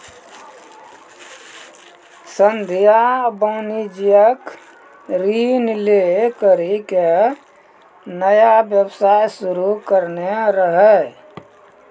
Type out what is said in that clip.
संध्या वाणिज्यिक ऋण लै करि के नया व्यवसाय शुरू करने रहै